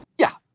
yeah,